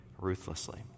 ruthlessly